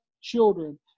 children